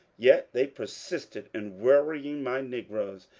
yet they persisted in worrying my negroes,